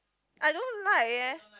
I don't like eh